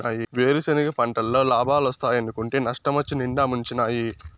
వేరుసెనగ పంటల్ల లాబాలోస్తాయనుకుంటే నష్టమొచ్చి నిండా ముంచినాయి